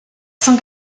cent